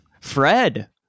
Fred